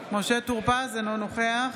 אינו נוכח